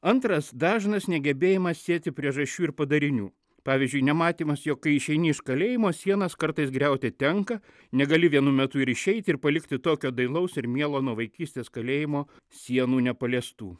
antras dažnas negebėjimas sieti priežasčių ir padarinių pavyzdžiui nematymas jog kai išeini iš kalėjimo sienas kartais griauti tenka negali vienu metu ir išeiti ir palikti tokio dailaus ir mielo nuo vaikystės kalėjimo sienų nepaliestų